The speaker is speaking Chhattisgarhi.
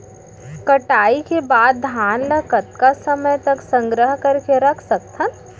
कटाई के बाद धान ला कतका समय तक संग्रह करके रख सकथन?